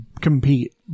compete